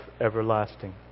everlasting